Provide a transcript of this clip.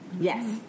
Yes